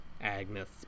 Agnes